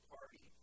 Party